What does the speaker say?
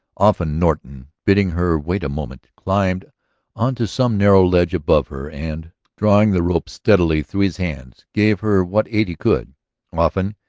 often norton, bidding her wait a moment, climbed on to some narrow ledge above her and, drawing the rope steadily through his hands, gave her what aid he could often,